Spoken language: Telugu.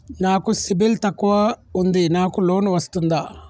నాకు సిబిల్ తక్కువ ఉంది నాకు లోన్ వస్తుందా?